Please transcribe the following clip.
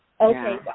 Okay